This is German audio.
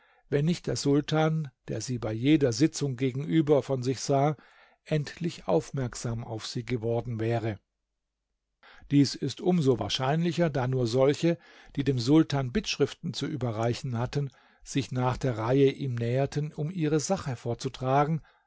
wenn nicht der sultan der sie bei jeder sitzung gegenüber von sich sah endlich aufmerksam auf sie geworden wäre dies ist um so wahrscheinlicher da nur solche die dem sultan bittschriften zu überreichen hatten sich nach der reihe ihm näherten um ihre sache vorzutragen